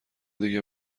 دیگه